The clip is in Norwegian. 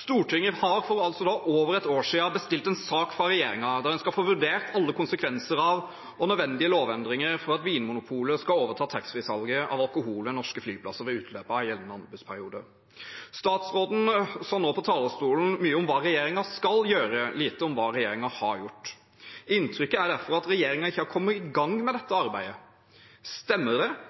Stortinget har for over ett år siden bestilt en sak fra regjeringen, der en skal få vurdert alle konsekvenser av og nødvendige lovendringer for at Vinmonopolet skal overta taxfree-salget av alkohol ved norske flyplasser ved utløp av gjeldende anbudsperioder. Statsråden sa nå på talerstolen mye om hva regjeringen skal gjøre, lite om hva regjeringen har gjort. Inntrykket er derfor at regjeringen ikke er kommet i gang med dette arbeidet. Stemmer det,